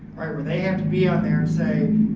right, where they have to be on there and say,